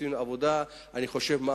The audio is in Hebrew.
עשינו עבודה מעמיקה.